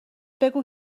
بگو